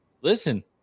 listen